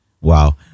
wow